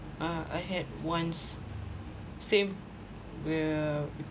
uh I had once same we're